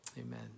Amen